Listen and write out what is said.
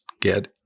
get